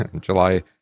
July